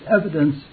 evidence